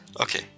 okay